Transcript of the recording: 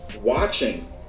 watching